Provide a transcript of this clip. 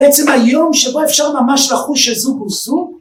‫בעצם היום שבו אפשר ממש ‫לחוש שזוג הוא זוג...